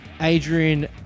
Adrian